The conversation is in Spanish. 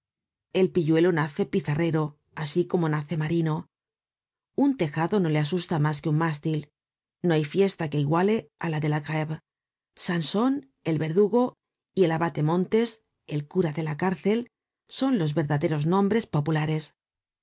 el pilludo nace pizarrero asi como nace marino un tejado no le asusta mas que un mástil no hay fiesta que iguale á la de la greve sanson el verdugo y el abate montes el cura de la cárcel son los verdaderos nombres populares